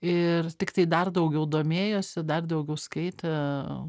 ir tiktai dar daugiau domėjosi dar daugiau skaitė